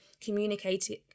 communicating